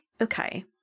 okay